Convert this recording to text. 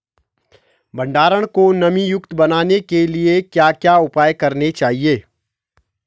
भंडारण को नमी युक्त बनाने के लिए क्या क्या उपाय करने चाहिए?